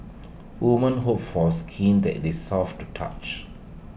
women hope for skin that is soft to touch